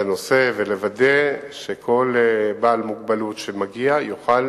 הנושא ולוודא שכל בעל מוגבלות שמגיע יוכל